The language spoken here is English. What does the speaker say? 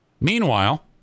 Meanwhile